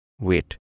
Wait